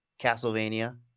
Castlevania